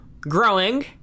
growing